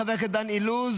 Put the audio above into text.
חבר הכנסת דן אילוז,